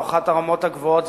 או אחת הרמות הגבוהות,